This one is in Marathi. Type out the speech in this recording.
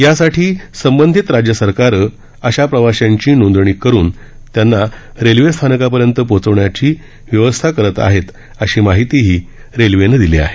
यासाठी संबंधित राज्य सरकारं अशा प्रवाशांची नोंदणी करून त्यांना रेल्वे स्थानकांपर्यंत पोचवण्याची व्यवस्था करत असल्याची माहितीही रेल्वेनं दिली आहे